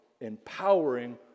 empowering